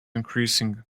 increasing